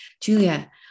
Julia